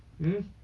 mm